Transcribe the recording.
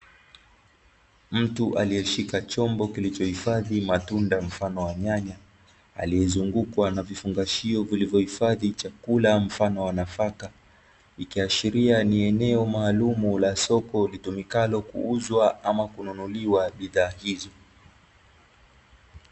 Mtu aliyeshika chombo kilichohifadhi matunda mfano wa nyanya, aliyezungukwa na vifungashio vilivyohifadhi chakula mfano wa nafaka, ikiashiria ni eneo maalumu la soko litumikalo kuuzwa ama kununuliwa bidhaa hizo.